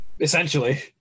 Essentially